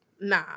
Nah